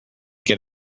get